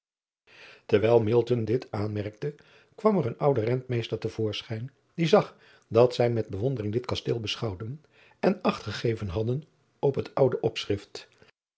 erwijl dit aanmerkte kwam er een oude entmeester te voorschijn die zag dat zij met bewondering dit kasteel beschouwden en acht gegeven hadden op het oude opschrift